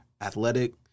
athletic